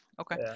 Okay